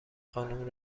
خانم